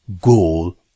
goal